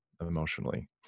emotionally